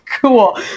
cool